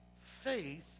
Faith